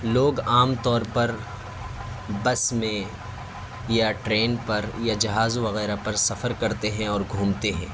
لوگ عام طور پر بس میں یا ٹرین پر یا جہاز وغیرہ پر سفر کرتے ہیں اور گھومتے ہیں